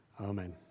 Amen